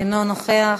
אינו נוכח.